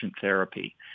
therapy